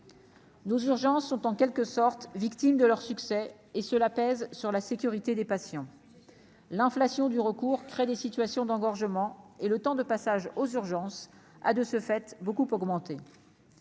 Nos urgences sont en quelque sorte victimes de leur succès et cela pèse sur la sécurité des patients l'inflation du recours crée des situations d'engorgement, et le temps de passage aux urgences, a, de ce fait beaucoup augmenté